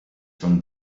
from